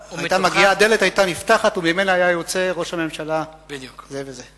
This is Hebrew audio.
הדלת היתה נפתחת וממנה היה יוצא ראש הממשלה זה וזה.